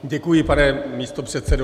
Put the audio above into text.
Děkuji, pane místopředsedo.